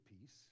peace